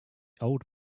old